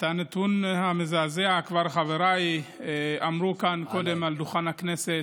את הנתון המזעזע חבריי כבר אמרו כאן קודם על דוכן הכנסת.